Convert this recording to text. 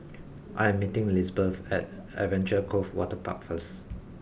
I am meeting Lisbeth at Adventure Cove Waterpark first